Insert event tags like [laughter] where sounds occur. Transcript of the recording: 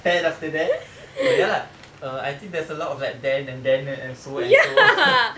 and after then mm ya lah I think there's a lot of like then and then and uh so and so [breath]